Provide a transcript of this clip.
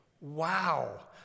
Wow